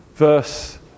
Verse